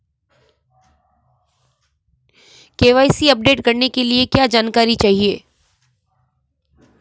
KYC update करने के लिए क्या जानकारी चाहिए?